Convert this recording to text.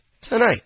tonight